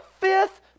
fifth